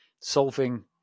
solving